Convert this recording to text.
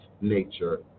nature